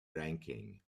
ranking